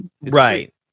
Right